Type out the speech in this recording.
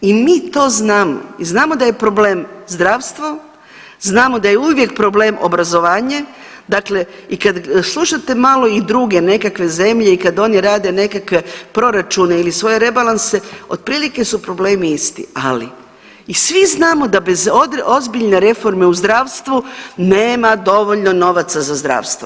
I mi to znamo i znamo da je problem zdravstvo, znamo da je uvijek problem obrazovanje, dakle i kad slušate malo i druge nekakve zemlje i kad oni rade nekakve proračune ili svoje rebalanse otprilike su problemi isti, ali i svi znamo da bez ozbiljne reforme u zdravstvu nema dovoljno novaca za zdravstvo.